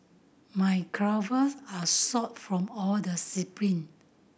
my calves are sore from all the sprint